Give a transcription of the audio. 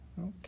okay